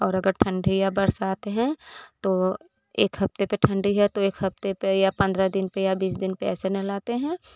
और अगर ठण्डी या बरसात है तो एक हफ्ते पर ठण्डी है तो एक हफ्ते पर या पंद्रह दिन पर या बीस दिन पर ऐसे नहलाते हैं